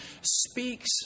speaks